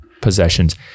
possessions